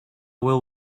will